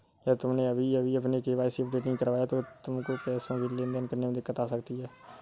यदि तुमने अभी अपना के.वाई.सी अपडेट नहीं करवाया तो तुमको पैसों की लेन देन करने में दिक्कत आ सकती है